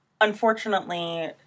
unfortunately